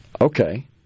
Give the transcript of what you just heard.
Okay